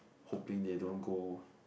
hoping they don't go